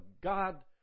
God